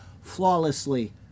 flawlessly